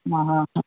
ಹಾಂ ಹಾಂ